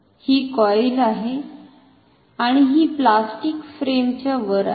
ही coil आहे आणि ही प्लास्टिक फ्रेमच्या वर आहे